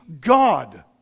God